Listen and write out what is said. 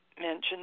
mentioned